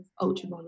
Ultra